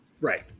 Right